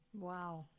Wow